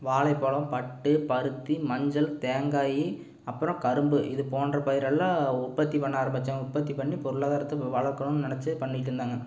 வாழைப் பழம் பட்டு பருத்தி மஞ்சள் தேங்காய் அப்புறம் கரும்பு இது போன்ற பயிரெல்லாம் உற்பத்தி பண்ண ஆரம்பித்தாங்க உற்பத்தி பண்ணி பொருளாதாரத்தை வளர்க்கணுன்னு நினச்சி பண்ணிகிட்டு இருந்தாங்க